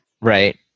Right